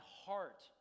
heart